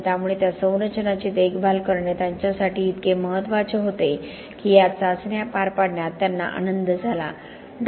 त्यामुळे त्या संरचनांची देखभाल करणे त्यांच्यासाठी इतके महत्त्वाचे होते की या चाचण्या पार पाडण्यात त्यांना आनंद झाला डॉ